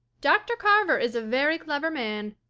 dr. carver is a very clever man.